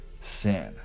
sin